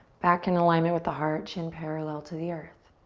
back in alignment with the heart, chin parallel to the earth.